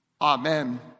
Amen